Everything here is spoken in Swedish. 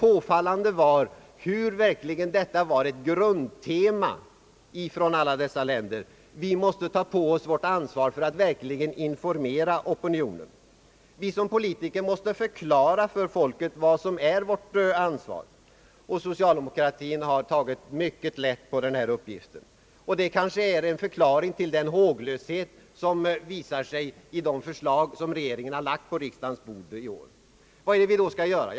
Påfallande var hur detta verkligen uppfattades som ett grundtema av alla deltagande länders representanter: Vi måste ta på oss ansvaret för att verkligen informera opinionen. Vi måste som politiker förklara för folket vad som är vårt ansvar. Socialdemokratin har tagit mycket lätt på denna uppgift. Det kanske är en förklaring till den håglöshet som visar sig i de förslag som regeringen har lagt på riksdagens bord i år. Vad är det då vi skall göra?